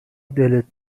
دلت